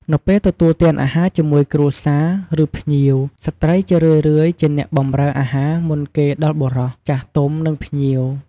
នៅពេលទទួលទានអាហារជាមួយគ្រួសារ ឬភ្ញៀវ ស្ត្រីជារឿយៗជាអ្នកបម្រើអាហារ មុនគេដល់បុរស ចាស់ទុំ និងភ្ញៀវ។